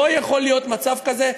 לא יכול להיות מצב כזה.